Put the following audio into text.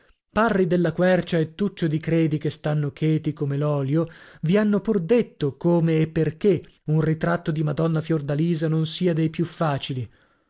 parri della quercia e tuccio di credi che stanno cheti come l'olio vi hanno pur detto come e perchè un ritratto di madonna fiordalisa non sia dei più facili